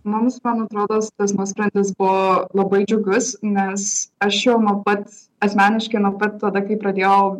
mums man atrodo tas nuosprendis buvo labai džiugus nes aš šiuo me vat asmeniškai nuo pat tada kai pradėjau